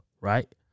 right